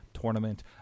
tournament